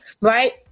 right